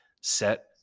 Set